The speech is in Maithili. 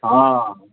हँ